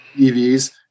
EVs